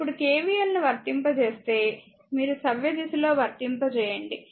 ఇప్పుడు KVL ను వర్తింపచేస్తే మీరు సవ్యదిశలో వర్తింపచేయండి